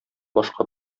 башка